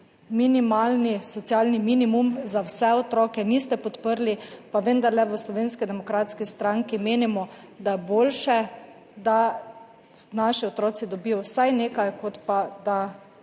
minimalni socialni minimum za vse otroke, niste podprli, pa vendarle v Slovenski demokratski stranki menimo, da je boljše, da naši otroci dobijo vsaj nekaj, kot pa da